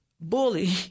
bully